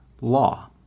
law